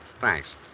Thanks